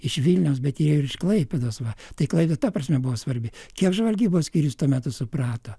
iš vilniaus bet ėjo ir iš klaipėdos va tai klaipėda ta prasme buvo svarbi kiek žvalgybos skyrius tuo metu suprato